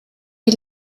die